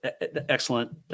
Excellent